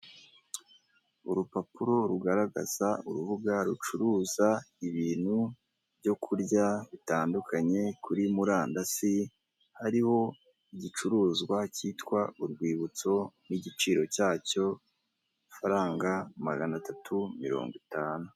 Urupapuro rugaragaza urubuga rucuruza ibintu byo kurya bitandukanye kuri murandasi, hariho igicuruzwa kitwa urwibutso n'igiciro cyacyo amafaranga maganatatu mirongo itanu.